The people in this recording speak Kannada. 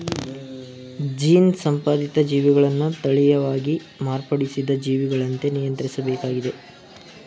ಜೀನ್ ಸಂಪಾದಿತ ಜೀವಿಗಳನ್ನ ತಳೀಯವಾಗಿ ಮಾರ್ಪಡಿಸಿದ ಜೀವಿಗಳಂತೆ ನಿಯಂತ್ರಿಸ್ಬೇಕಾಗಿದೆ